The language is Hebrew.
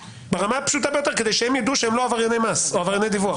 ברמה הפשוטה ביותר כדי שהם יידעו שהם לא עברייני מס או עברייני דיווח,